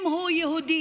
אם הוא יהודי,